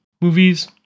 movies